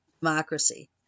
Democracy